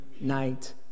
night